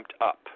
up